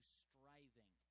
striving